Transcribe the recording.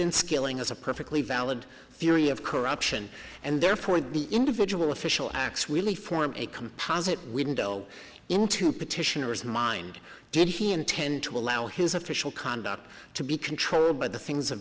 skilling as a perfectly valid theory of corruption and therefore the individual official acts really form a composite window into petitioner's mind did he intend to allow his official conduct to be controlled by the things of